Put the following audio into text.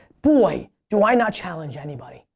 boy, do i not challenge anybody.